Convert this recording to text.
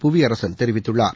புவியரசன் தெரிவித்துள்ளார்